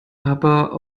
aber